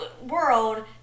world